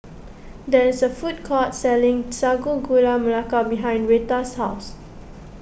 there is a food court selling Sago Gula Melaka behind Rheta's house